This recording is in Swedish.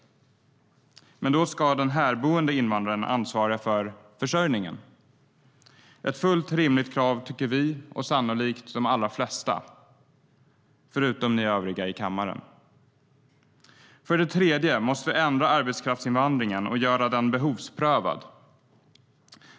Men då ska den här boende invandraren ansvara för försörjningen. Det är ett fullt rimligt krav tycker vi. Det tycker sannolikt de allra flesta, förutom ni övriga i kammaren. För det tredje måste vi ändra arbetskraftsinvandringen och göra den behovsprövad.